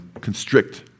constrict